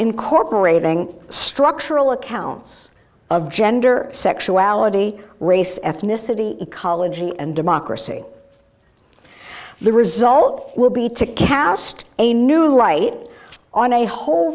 incorporating structural accounts of gender sexuality race ethnicity ecology and democracy the result will be to cast a new light on a whole